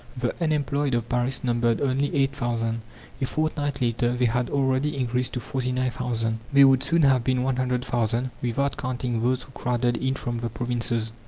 the unemployed of paris numbered only eight thousand a fortnight later they had already increased to forty nine thousand. they would soon have been one hundred thousand, without counting those who crowded in from the provinces.